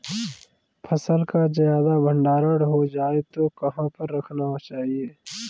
फसल का ज्यादा भंडारण हो जाए तो कहाँ पर रखना चाहिए?